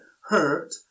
Hurt